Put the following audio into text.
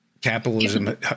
Capitalism